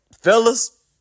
Fellas